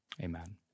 amen